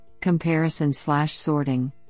comparison-slash-sorting